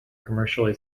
commercially